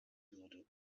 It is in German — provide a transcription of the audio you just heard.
würde